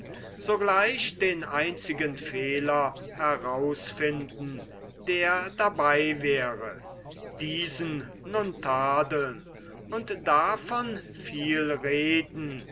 sogleich den einzigen fehler herausfinden der dabei wäre diesen nun tadeln und davon viel reden